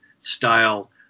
style